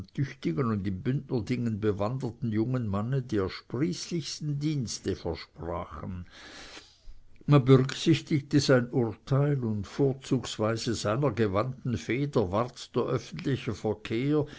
und in bündnerdingen bewanderten jungen manne die ersprießlichsten dienste versprachen man berücksichtigte sein urteil und vorzugsweise seiner gewandten feder ward der öffentliche verkehr